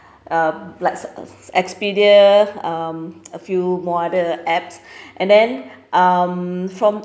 um likes uh expedia um a few more other apps and then um from